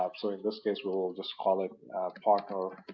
um sort of this case we will just call it partner